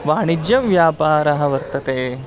वाणिज्यव्यापारः वर्तते